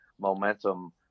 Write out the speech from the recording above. momentum